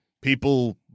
people